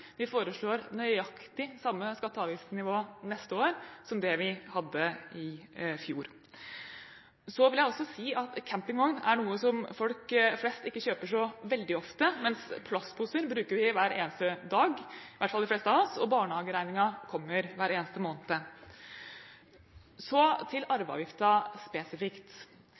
Vi foreslår nøyaktig samme skatte- og avgiftsnivå neste år som det vi hadde i fjor. Så vil jeg også si at campingvogn er noe folk flest ikke kjøper så veldig ofte, mens plastposer bruker vi hver eneste dag, i hvert fall de fleste av oss, og barnehageregningen kommer hver eneste måned. Så til arveavgiften spesifikt.